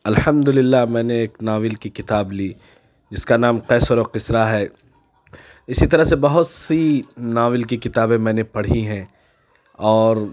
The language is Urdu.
الحمد للہ میں نے ایک ناول کی کتاب لی جس کا نام قیصر و کسریٰ ہے اسی طرح سے بہت سی ناول کی کتابیں میں نے پڑھی ہیں اور